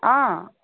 অঁ